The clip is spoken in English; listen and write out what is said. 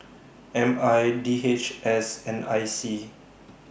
M I D H S and I C